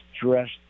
dressed